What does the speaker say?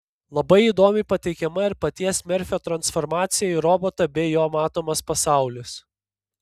labai įdomiai pateikiama ir paties merfio transformacija į robotą bei jo matomas pasaulis